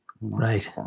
Right